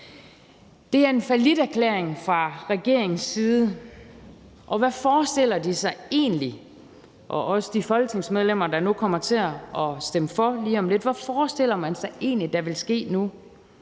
Det er en falliterklæring fra regeringens side, og hvad forestiller de sig egentlig, og hvad forestiller de folketingsmedlemmer, der nu